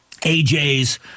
AJ's